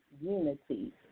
unity